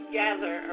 gather